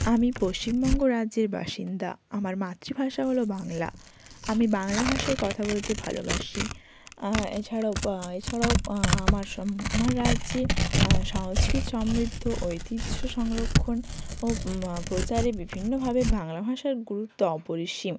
আমি পশ্চিমবঙ্গ রাজ্যের বাসিন্দা আমার মাতৃভাষা হল বাংলা আমি বাংলা ভাষায় কথা বলতে ভালোবাসি এছাড়াও এছাড়াও আমার আমার রাজ্যে সংস্কৃতি সমৃদ্ধ ঐতিহ্য সংরক্ষণ ও প্রচারে বিভিন্নভাবে বাংলা ভাষার গুরুত্ব অপরিসীম